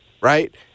right